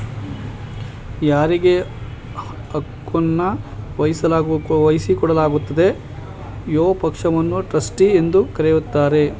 ಯಾರಿಗೆ ಹಕ್ಕುನ್ನ ವಹಿಸಿಕೊಡಲಾಗಿದೆಯೋ ಪಕ್ಷವನ್ನ ಟ್ರಸ್ಟಿ ಎಂದು ಕರೆಯುತ್ತಾರೆ